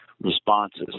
responses